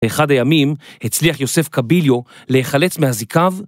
ואחד הימים הצליח יוסף קביליו להיחלץ מאזיקיו